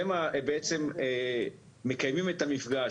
שהן בעצם מקיימות את המפגע,